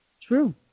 True